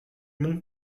mont